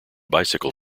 bicycle